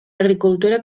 agricultura